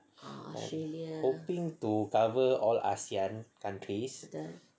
hoping to cover all ASEAN countries